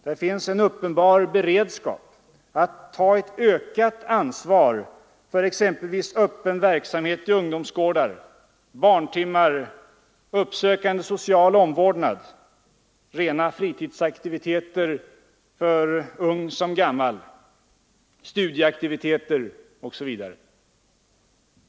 Där finns en uppenbar beredskap att ta ett ökat ansvar för exempelvis öppen verksamhet i ungdomsgårdar, barntimmar, uppsökande social omvårdnad, rena fritidsaktiviteter för såväl ung som gam mal, studieaktiviteter osv.